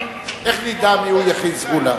איך נדע מיהו יחיד סגולה?